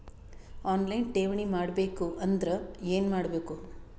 On line ಠೇವಣಿ ಮಾಡಬೇಕು ಅಂದರ ಏನ ಮಾಡಬೇಕು?